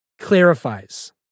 Clarifies